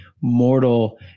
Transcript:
mortal